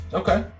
okay